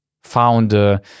found